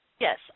Yes